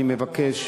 אני מבקש,